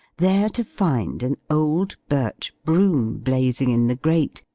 there to find an old birch-broom blazing in the grate,